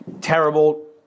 terrible